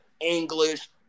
English